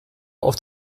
auf